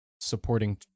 supporting